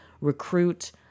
recruit